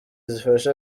zizafasha